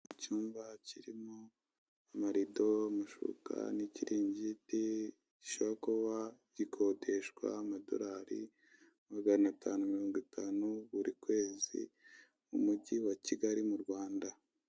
Icyumba kirimo amarido, amashuka n'ikiringiti gishobora kuba gikodeshwa amadorari maganatanu mirongo itanu buri kwezi mu mujyi wa Kigali mu Rwanda.